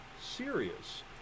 serious